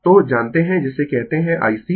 तो जानते है जिसे कहते है I C